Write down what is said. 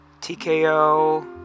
TKO